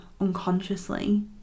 unconsciously